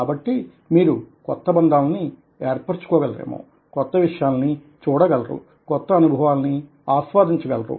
కాబట్టి మీరు కొత్త బంధాలని ఏర్పరుచుకోగలరు కొత్త విషయాలను చూడగలరు కొత్త అనుభవాలని ఆస్వాదించగలరు